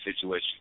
situation